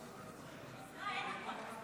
38 נגד.